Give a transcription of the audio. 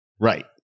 Right